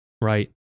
right